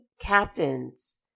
captains